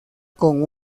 con